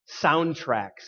soundtracks